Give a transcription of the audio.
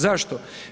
Zašto?